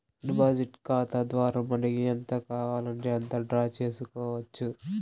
deposit ఖాతా ద్వారా మనకి ఎంత కావాలంటే అంత డ్రా చేసుకోవచ్చు